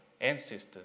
ancestors